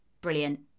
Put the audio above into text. Brilliant